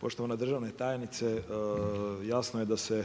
Poštovana državna tajnice jasno je da se